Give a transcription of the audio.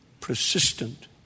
persistent